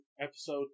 episode